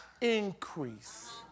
increase